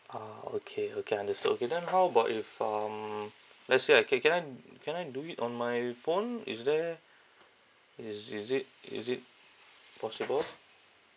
ah okay okay understood okay then how about if um let's say I ca~ can I can I do it on my phone is there is is it is it possible